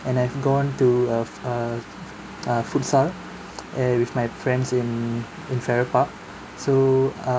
and I've gone to uh uh uh futsal eh with my friends in in farrer park so uh